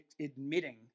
admitting